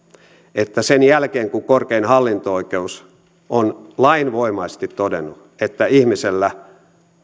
että kun korkein hallinto oikeus on lainvoimaisesti todennut että ihmisellä